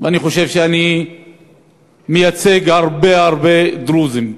אני חושב שאני מייצג הרבה הרבה דרוזים,